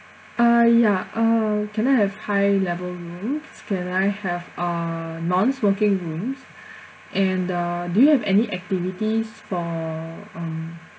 uh ya uh can I have high level rooms can I have uh non-smoking rooms and uh do you have any activities for um